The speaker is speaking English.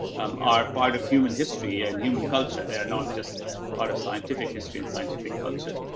um, are part of human history and human culture. they are not just part of scientific history in scientific culture.